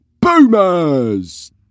boomers